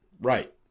right